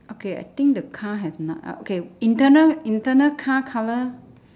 okay I think the car have uh okay internal internal car colour